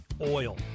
oil